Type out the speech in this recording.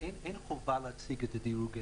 אין חובה להציג את הדירוג האנרגטי.